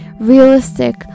realistic